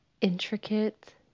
intricate